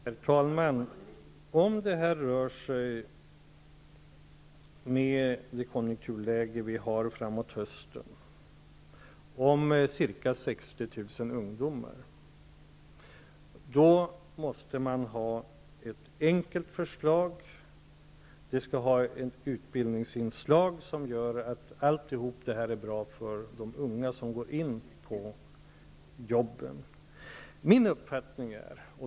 Herr talman! Om det rör sig -- med det konjunkturläge vi har framåt hösten -- om ca 60 000 ungdomar, då måste man ha ett enkelt förslag. Det skall ha ett utbildningsinslag som gör att alltihop är bra för de unga som går in på jobben.